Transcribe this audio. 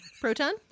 Proton